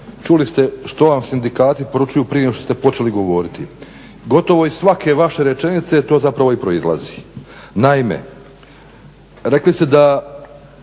čuli ste što vam sindikati poručuju prije nego što ste počeli govoriti. Gotovo iz svake vaše rečenice to zapravo i proizlazi. Naime, rekli ste da